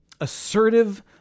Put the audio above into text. Assertive